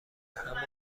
همان